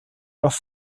los